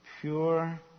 Pure